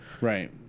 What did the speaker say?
Right